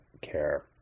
care